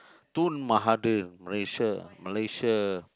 Tun Mahathir Malaysia Malaysia